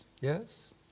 yes